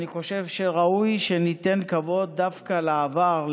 אני חושב שראוי שניתן כבוד דווקא לעבר,